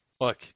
look